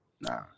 nah